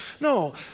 No